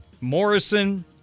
Morrison